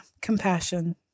compassion